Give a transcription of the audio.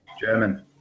German